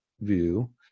view